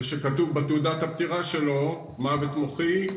ושכתוב בתעודת הפתירה שלו מוות מוחי,